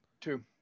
two